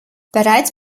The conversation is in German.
bereits